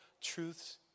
truths